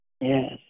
Yes